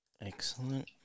Excellent